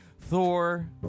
Thor